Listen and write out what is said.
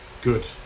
good